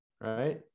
right